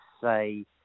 say